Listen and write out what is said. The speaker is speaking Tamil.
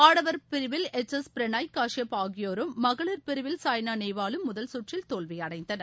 ஆடவர் பிரிவில் எச் எஸ் பிரனாய் காஷியப் ஆகியோரும் மகளிர் பிரிவில் சாய்னா நேவாலும் முதல் சுற்றில் தோல்வியடைந்தனர்